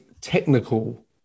technical